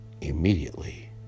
immediately